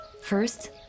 First